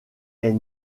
est